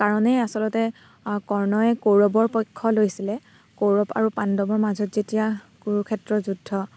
কাৰণেই আচলতে কৰ্ণই কৌৰৱৰ পক্ষ লৈছিলে কৌৰৱ আৰু পাণ্ডৱৰ মাজত যেতিয়া কুৰুক্ষেত্ৰ যুদ্ধ